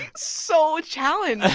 so challenged ah